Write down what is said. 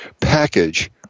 package